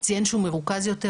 הוא ציין שהוא מרוכז יותר.